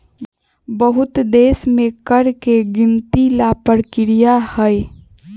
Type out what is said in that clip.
बहुत देश में कर के गिनती ला परकिरिया हई